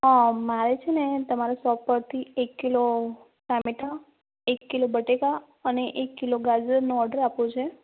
હાં મારે છે ને તમાર શોપ પરથી એક કિલો ટામેટાં એક કિલો બટેટા અને એક કિલો ગાજરનો ઓર્ડર આપ્યો છે